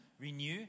renew